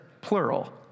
plural